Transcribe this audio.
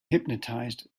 hypnotized